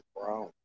brown